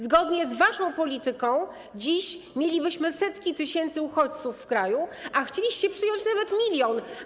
Zgodnie z waszą polityką dziś mielibyśmy setki tysięcy uchodźców w kraju, a chcieliście przyjąć nawet milion.